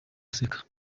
aseka